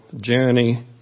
journey